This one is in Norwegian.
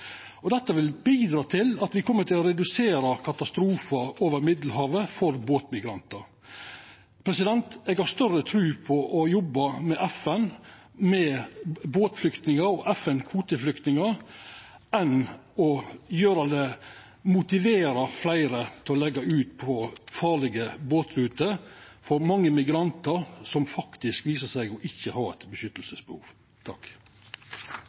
at me kjem til å redusera katastrofen over Middelhavet for båtmigrantar. Eg har større tru på å jobba med FN med båtflyktningar og FN-kvoteflyktningar enn å motivera fleire til å leggja ut på farlege båtruter, for mange migrantar som faktisk viser seg ikkje å ha